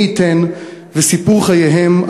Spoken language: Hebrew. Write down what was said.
מי ייתן וסיפורי חייהם,